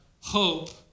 hope